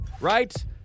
right